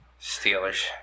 Steelers